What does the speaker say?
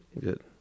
good